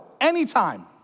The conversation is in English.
anytime